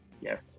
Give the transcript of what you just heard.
Yes